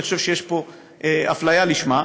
אני חושב שיש פה אפליה לשמה,